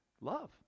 Love